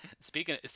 Speaking